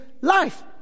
life